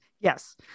Yes